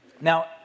Now